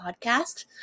podcast